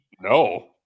No